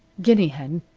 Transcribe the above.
guinea hen,